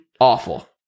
awful